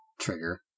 trigger